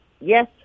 yes